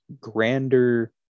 grander